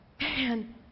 Man